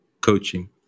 coaching